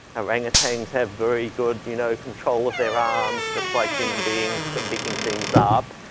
orangutans have very good you know control of their arms just like human beings for picking things up.